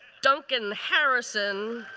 duncan harrison.